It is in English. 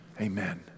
Amen